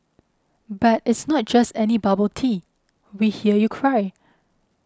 but it's not just any bubble tea we hear you cry